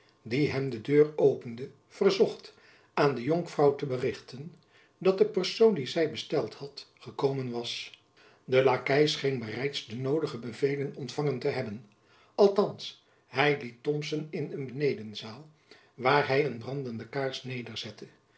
die hem de deur opende verzocht aan de jonkvrouw te berichten dat de persoon die zy besteld had gekomen was de lakei scheen bereids de noodige bevelen ontfangen te hebben althands hy liet thomson in een benedenzaal waar hy een brandende kaars